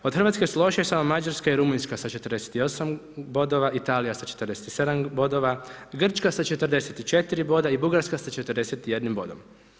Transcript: Od RH su lošije samo Mađarska i Rumunjska sa 48 bodova, Italija sa 47 bodova, Grčka sa 44 boda i Bugarska sa 41 bodom.